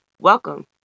welcome